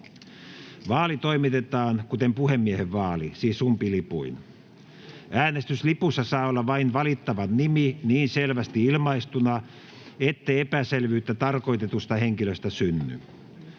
Vaali toimitetaan kuten puhemiehen vaali, siis umpilipuin. Äänestyslipussa saa olla vain valittavan nimi niin selvästi ilmaistuna, ettei epäselvyyttä tarkoitetusta henkilöstä synny.